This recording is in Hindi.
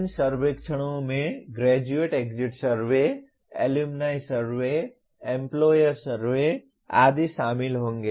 इन सर्वेक्षणों में graduate exit survey alumni survey employer survey आदि शामिल होंगे